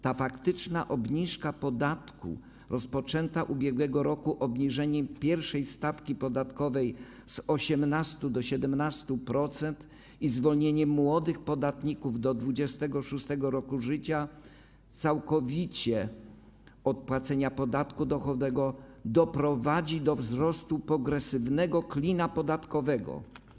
Ta faktyczna obniżka podatku, rozpoczęta w ubiegłym roku obniżeniem pierwszej stawki podatkowej z 18% do 17% i zwolnieniem młodych podatników do 26. roku życia całkowicie od płacenia podatku dochodowego, doprowadzi do wzrostu progresywnego klina podatkowego.